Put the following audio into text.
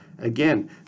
Again